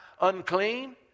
unclean